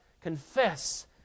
confess